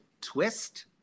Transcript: twist